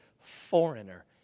foreigner